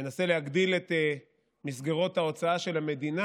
מנסה להגדיל את מסגרות ההוצאה של המדינה.